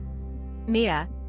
Mia